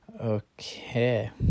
okay